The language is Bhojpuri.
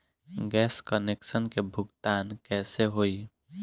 गैस कनेक्शन के भुगतान कैसे होइ?